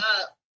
up